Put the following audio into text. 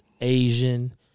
Asian